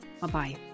Bye-bye